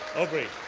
aubrey,